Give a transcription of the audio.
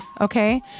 Okay